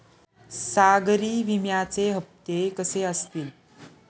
सागरी विम्याचे हप्ते कसे असतील?